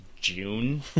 June